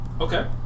Okay